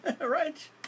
right